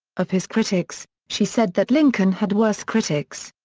of his critics, she said that lincoln had worse critics.